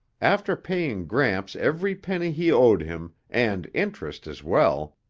after paying gramps every penny he owed him and interest as well,